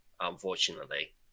unfortunately